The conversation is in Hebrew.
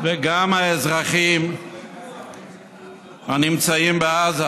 וגם את האזרחים הנמצאים בעזה.